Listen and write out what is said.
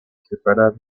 separadas